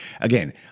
Again